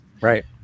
right